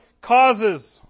causes